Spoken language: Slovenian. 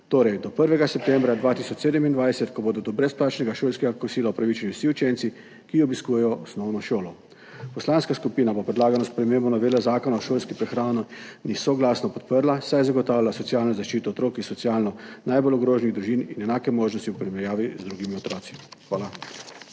torej do 1. septembra 2027, ko bodo do brezplačnega šolskega kosila upravičeni vsi učenci, ki obiskujejo osnovno šolo. Poslanska skupina bo predlagano spremembo novele Zakona o šolski prehrani soglasno podprla, saj zagotavlja socialno zaščito otrok iz socialno najbolj ogroženih družin in enake možnosti v primerjavi z drugimi otroci. Hvala.